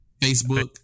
Facebook